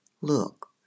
Look